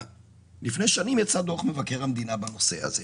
לפני שנים יצא דוח מבקר המדינה בנושא הזה.